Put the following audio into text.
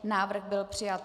Návrh byl přijat.